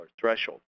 threshold